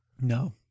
No